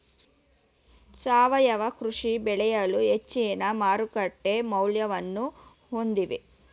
ಸಾವಯವ ಕೃಷಿ ಬೆಳೆಗಳು ಹೆಚ್ಚಿನ ಮಾರುಕಟ್ಟೆ ಮೌಲ್ಯವನ್ನು ಹೊಂದಿವೆ